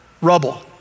rubble